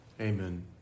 Amen